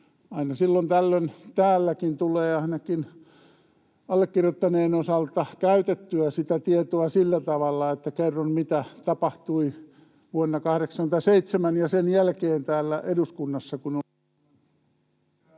tällöin täälläkin tulee, ainakin allekirjoittaneen osalta, käytettyä sitä tietoa sillä tavalla, että kerron, mitä tapahtui vuonna 87 ja sen jälkeen täällä eduskunnassa,